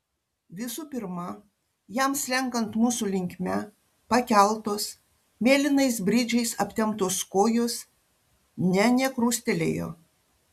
visų pirma jam slenkant mūsų linkme pakeltos mėlynais bridžais aptemptos kojos ne nekrustelėjo